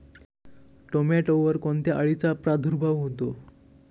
टोमॅटोवर कोणत्या अळीचा प्रादुर्भाव होतो?